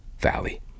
Valley